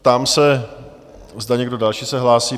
Ptám se, zda někdo další se hlásí?